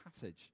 passage